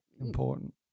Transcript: important